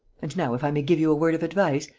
and now, if i may give you a word of advice,